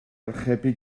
archebu